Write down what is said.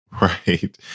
Right